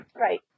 Right